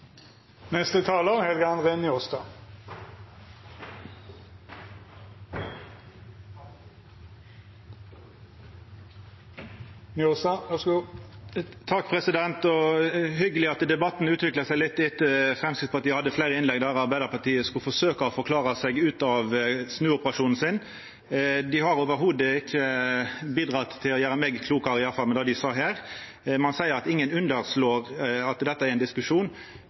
hyggeleg at debatten utvikla seg litt etter at Framstegspartiet hadde fleire innlegg og Arbeidarpartiet skulle forsøka å forklara seg ut av snuoperasjonen sin. Dei har ikkje i det heile bidrege til å gjera meg klokare med det dei sa her, iallfall. Ein seier at ingen underslår at dette er ein diskusjon.